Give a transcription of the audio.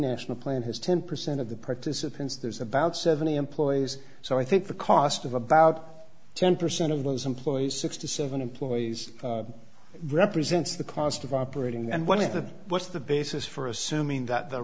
national plan has ten percent of the participants there's about seventy employees so i think the cost of about ten percent of those employees six to seven employees represents the cost of operating and one of the what's the basis for assuming that the